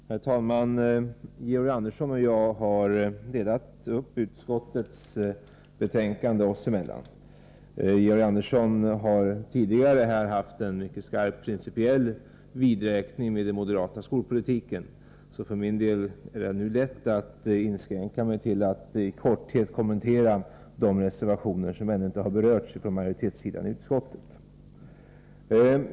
Herr talman! Georg Andersson och jag har i denna debatt delat upp utskottets betänkande mellan oss. Georg Andersson har tidigare haft en mycket skarp principiell vidräkning med den moderata skolpolitiken, så för min del är det nu lätt att inskränka mig till att i korthet kommentera de reservationer som ännu inte har berörts från utskottsmajoritetens sida.